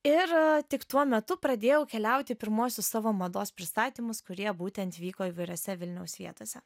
ir tik tuo metu pradėjau keliauti pirmuosius savo mados pristatymus kurie būtent vyko įvairiose vilniaus vietose